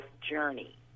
journey